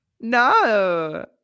No